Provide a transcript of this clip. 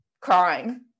crying